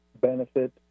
benefit